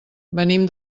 venim